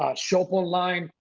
um shop online.